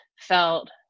felt